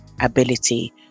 ability